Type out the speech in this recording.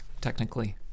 technically